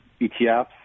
etfs